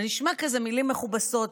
זה נשמע כזה מילים מכובסות.